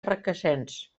requesens